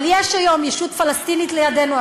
אבל יש היום ישות פלסטינית לידנו,